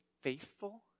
faithful